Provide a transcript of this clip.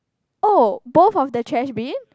oh both of the trash bin